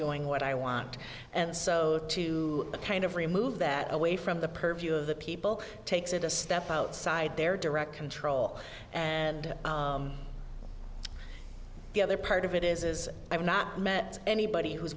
doing what i want and so to the kind of remove that away from the purview of the people takes it a step outside their direct control and the other part of it is i've not met anybody who's